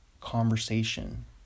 conversation